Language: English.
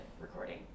recording